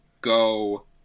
go